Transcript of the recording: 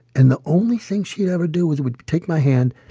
and the only thing she'd ever do was would take my hand,